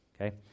Okay